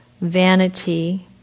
Vanity